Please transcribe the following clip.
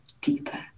deeper